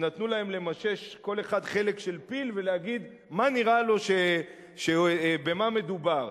שנתנו להם למשש כל אחד חלק של פיל ולהגיד מה נראה לו ובמה מדובר.